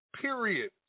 period